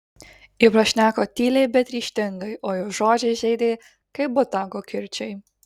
ji prašneko tyliai bet ryžtingai o jos žodžiai žeidė kaip botago kirčiai